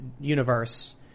universe